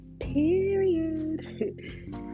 period